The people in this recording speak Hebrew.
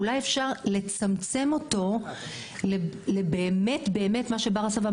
אולי אפשר לצמצם אותו לבאמת באמת מה שהוא בר הסבה,